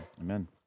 amen